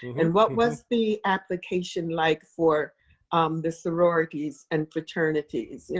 and what was the application like for um the sororities and fraternities?